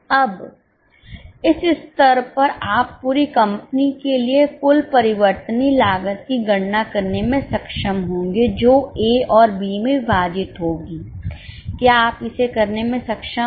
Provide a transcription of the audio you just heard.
अब इस स्तर पर आप पूरी कंपनी के लिए कुल परिवर्तनीय लागत की गणना करने में सक्षम होंगे जो A और B में विभाजित होगी क्या आप इसे करने में सक्षम हैं